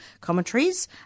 commentaries